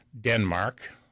Denmark